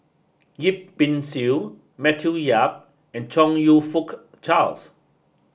Yip Pin Xiu Matthew Yap and Chong You Fook Charles